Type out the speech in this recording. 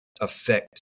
affect